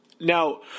now